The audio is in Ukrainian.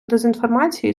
дезінформації